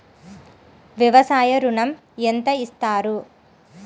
వ్యవసాయ ఋణం ఎంత ఇస్తారు?